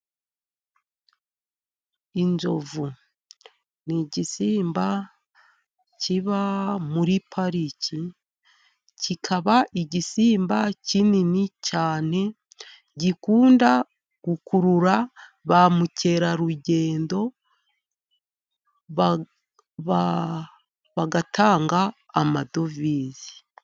Inzovu ni igisimba kiba muri pariki. Kikaba igisimba kinini cyane, gikunda gukurura ba mukerarugendo bagatanga amadovize.